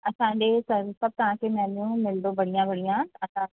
असां ॾे स सभु तव्हांखे मैन्यू बि मिलंदो बढ़िया बढ़िया असां